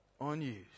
unused